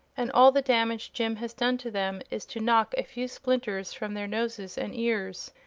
and all the damage jim has done to them is to knock a few splinters from their noses and ears.